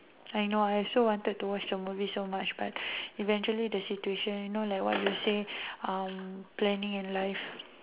I know I also wanted to watch a movie so much but eventually the situation you know like what you say um planning in life